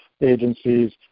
agencies